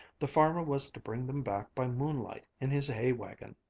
the farmer was to bring them back by moonlight in his hay-wagon.